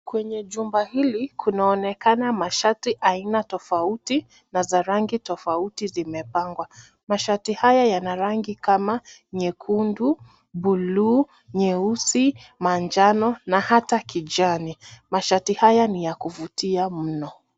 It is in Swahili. Kwenye jumba hili, kunaonekana mashati aina tofauti na za rangi tofauti zimepangwa. mashati haya yana rangi kama nyekundu, buluu, nyeusi, manjano na hata kijani. mashati haya ni ya kuvutia mno.